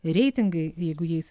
reitingai jeigu jais